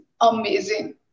amazing